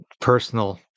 personal